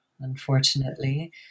unfortunately